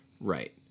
Right